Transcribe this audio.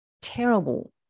terrible